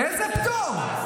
איזה פטור?